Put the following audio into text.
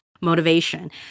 motivation